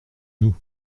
nous